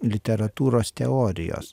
literatūros teorijos